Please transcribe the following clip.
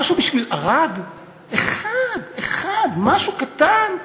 משהו בשביל ערד, אחד, אחד, משהו קטן,